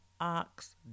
ox